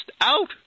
out